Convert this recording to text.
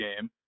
game